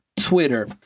Twitter